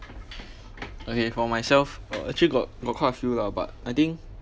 okay for myself uh actually got got quite a few lah but I think